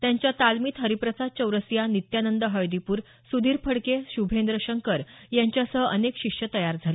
त्यांच्या तालमीत हरिप्रसाद चौरसिया नित्यानंद हळदीपूर सुधीर फडके श्भेंद्र शंकर यांच्यासह अनेक शिष्य तयार झाले